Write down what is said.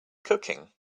cooking